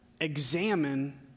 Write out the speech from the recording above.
Examine